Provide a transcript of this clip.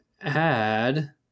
add